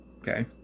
Okay